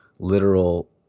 literal